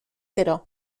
gero